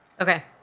Okay